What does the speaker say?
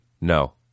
no